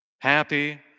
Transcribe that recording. Happy